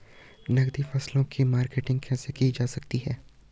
नकदी फसलों की मार्केटिंग कैसे की जा सकती है?